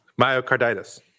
Myocarditis